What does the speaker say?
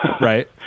Right